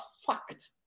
fucked